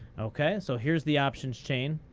ok? so here's the options chain,